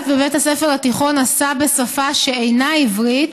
בבית הספר התיכון עשה בשפה שאינה עברית